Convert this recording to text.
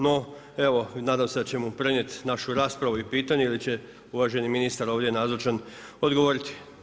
No, evo, nadam se da će mu prenijeti našu raspravu i pitanje ili će uvaženi ministar ovdje nazočan odgovoriti.